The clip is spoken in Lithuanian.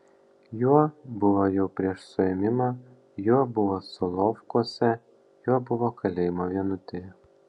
juo buvo jau prieš suėmimą juo buvo solovkuose juo buvo kalėjimo vienutėje